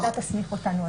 הוועדה תסמיך אותנו.